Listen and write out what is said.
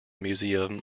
museum